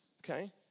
Okay